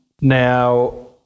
Now